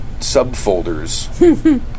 subfolders